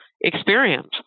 experience